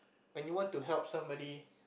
when you want to help somebody